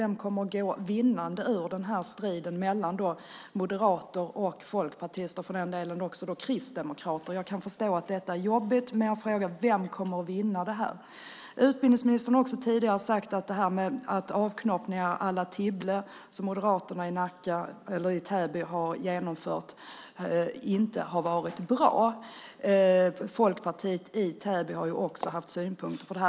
Vem kommer att gå vinnande ur striden mellan moderater och folkpartister, och för den delen också kristdemokrater? Jag kan förstå att detta är jobbigt, men jag frågar: Vem kommer att vinna det här? Utbildningsministern har tidigare sagt att avknoppning à la Tibble, som Moderaterna i Täby har genomfört, inte har varit bra. Folkpartiet i Täby har också haft synpunkter på detta.